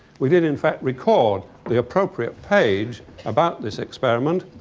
we did in fact record the appropriate page about this experiment.